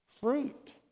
fruit